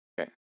Okay